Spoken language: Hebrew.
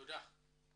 תודה.